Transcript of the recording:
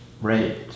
Right